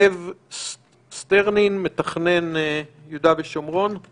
לב סטרנין, מתכנן יהודה ושומרון;